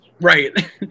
right